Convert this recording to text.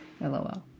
LOL